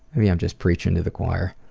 maybe i'm just preaching to the choir.